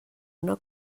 una